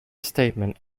statement